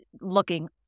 looking